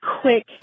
quick